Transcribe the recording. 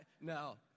no